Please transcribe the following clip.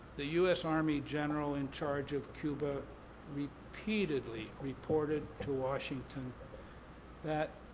the u s. army general in charge of cuba repeatedly reported to washington that